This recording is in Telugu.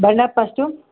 బండి ఆపు ఫస్ట్